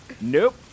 Nope